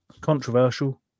Controversial